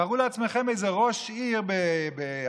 תארו לעצמכם איזה ראש עיר באמריקה,